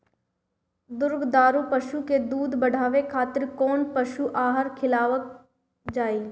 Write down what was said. दुग्धारू पशु के दुध बढ़ावे खातिर कौन पशु आहार खिलावल जाले?